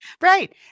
Right